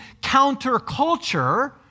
counterculture